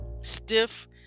stiff